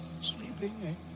Sleeping